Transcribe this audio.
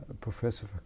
professor